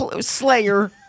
Slayer